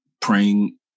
praying